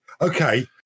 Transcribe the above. okay